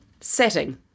setting